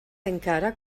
encara